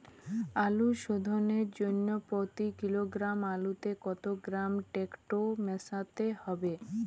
আলু শোধনের জন্য প্রতি কিলোগ্রাম আলুতে কত গ্রাম টেকটো মেশাতে হবে?